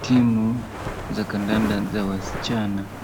Timu za kandanda za wasichana